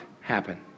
happen